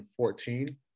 2014